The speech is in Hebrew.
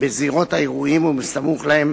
בזירות האירועים ובסמוך להן